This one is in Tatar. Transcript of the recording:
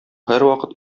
һәрвакыт